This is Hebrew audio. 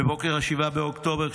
בבוקר 7 באוקטובר,